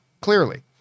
Clearly